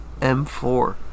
M4